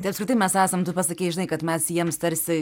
tai apskritai mes esam tu pasakei žinai kad mes jiems tarsi